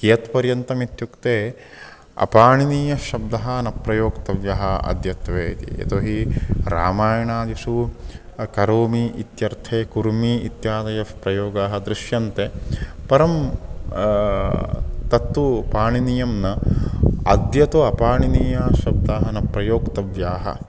कियत्पर्यन्तम् इत्युक्ते अपाणिनीयः शब्दः न प्रयोक्तव्यः अद्यत्वे इति यतो हि रामायणादिषु करोमि इत्यर्थे कुर्मी इत्यादयः प्रयोगाः दृश्यन्ते परं तत्तु पाणिनीयं न अद्य तु अपाणिनीयाः शब्दाः न प्रयोक्तव्याः